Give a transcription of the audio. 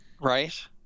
Right